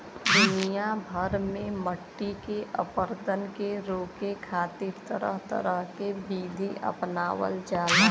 दुनिया भर में मट्टी के अपरदन के रोके खातिर तरह तरह के विधि अपनावल जाला